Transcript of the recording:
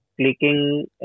clicking